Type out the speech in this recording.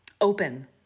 open